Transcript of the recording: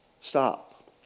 stop